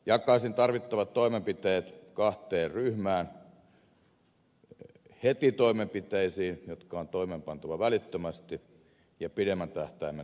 jakaisin tarvittavat toimenpiteet kahteen ryhmään heti toimenpiteisiin jotka on toimeenpantava välittömästi ja pidemmän tähtäimen linjauksiin